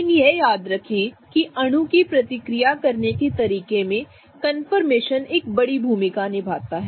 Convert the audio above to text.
लेकिन यह याद रखें कि अणु के प्रतिक्रिया करने के तरीके में कंफर्मेशन एक बड़ी भूमिका निभाता है